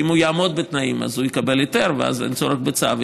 כי אם הוא יעמוד בתנאים אז הוא יקבל היתר ואז אין צורך בצו,